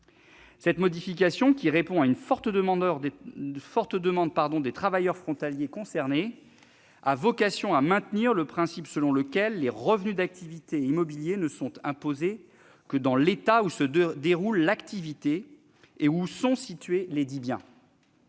Cette modification, qui répond à une forte demande des travailleurs frontaliers concernés, a vocation à maintenir le principe selon lequel les revenus d'activité immobiliers ne sont imposés que dans l'État où se déroule l'activité et où sont situés lesdits biens.